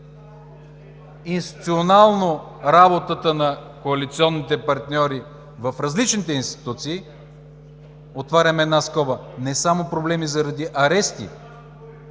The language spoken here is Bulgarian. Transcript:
по отношение на работата на коалиционните партньори в различните институции – отварям една скоба, не само проблеми заради арести